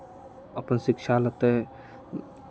अपन शिक्षा लेतै